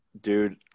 Dude